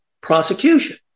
prosecution